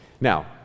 Now